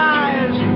eyes